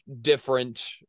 different